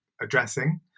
addressing